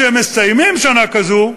כשהם מסיימים שנה כזו,